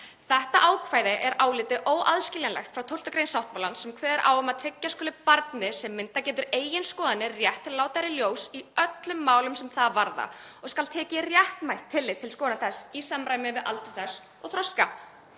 Þetta ákvæði er álitið óaðskiljanlegt frá 12. gr. sáttmálans sem kveður á um að tryggja skuli barni sem myndað getur eigin skoðanir rétt til að láta þær í ljós í öllum málum sem það varða og skal tekið réttmætt tillit til skoðana þess í samræmi við aldur þess og þroska.